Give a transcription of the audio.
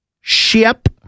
ship